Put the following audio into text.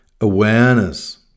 awareness